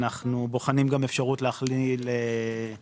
ואנחנו בוחנים אפשרות להכליל את